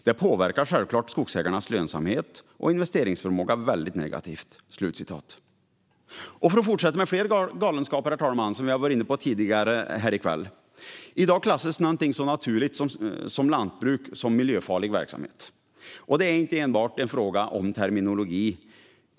Det påverkar självklart skogsägarnas lönsamhet och investeringsförmåga väldigt negativt." För att fortsätta med fler galenskaper, herr talman, som vi har varit inne på tidigare här i kväll: I dag klassas något så naturligt som lantbruk som miljöfarlig verksamhet. Detta är inte enbart en fråga om terminologi.